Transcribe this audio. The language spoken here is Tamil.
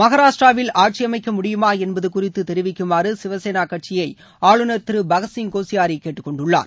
மகாராஷ்டிராவில் ஆட்சியமக்க முடியுமா என்பது குறித்து தெரிவிக்குமாறு சிவசேனா கட்சியை ஆளுநர் திரு பகத்சிங் கோஷியாரி கேட்டுக்கொண்டுள்ளார்